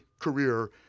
career